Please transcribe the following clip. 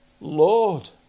Lord